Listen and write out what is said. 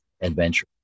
adventure